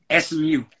SMU